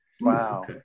Wow